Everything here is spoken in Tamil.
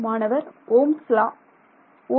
மாணவர் ஓம்ஸ் லா Ohm's law